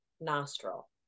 nostril